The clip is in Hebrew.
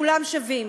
כולם שווים.